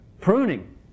Pruning